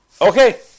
okay